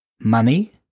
money